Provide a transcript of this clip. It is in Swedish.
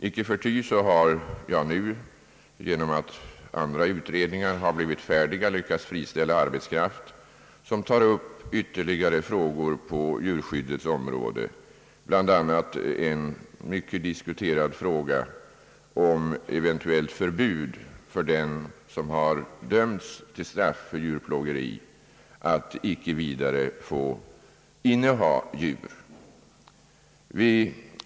Icke förty har jag nu, genom att andra utredningar blivit färdiga, lyckats friställa arbetskraft som tar upp ytterligare frågor på djurskyddets område, bl.a. en mycket dis kuterad fråga om eventuellt förbud för den som har dömts till straff för djurplågeri att vidare inneha djur.